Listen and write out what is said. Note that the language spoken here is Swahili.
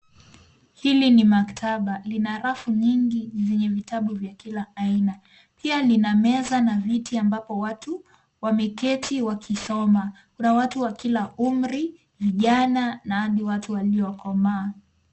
Hili ni maktaba, lina rafu nyingi zenye vitabu vya kila aina. Pia lina meza na viti ambapo watu wameketi wakisoma, kuna watu wa kila umri, vijana na hadi watu waliokomaa.